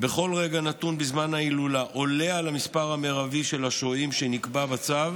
בכל רגע נתון בזמן ההילולה עולה על מספר השוהים המרבי שנקבע בצו